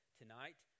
tonight